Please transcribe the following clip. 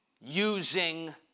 using